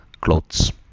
clothes